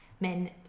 Men